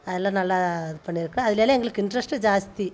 அதெல்லாம் நல்லா இது பண்ணிருக்கோம் அதில் எல்லாம் எங்களுக்கு இன்ட்ரெஸ்ட்டும் ஜாஸ்தி